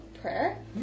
prayer